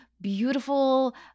beautiful –